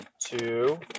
two